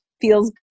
Feels